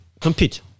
compete